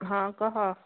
ହଁ କହ